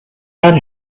had